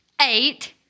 Eight